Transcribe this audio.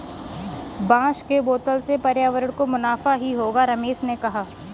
बांस के बोतल से पर्यावरण को मुनाफा ही होगा रमेश ने कहा